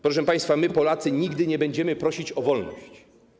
Proszę państwa, my, Polacy, nigdy nie będziemy prosić o wolność.